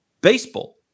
Baseball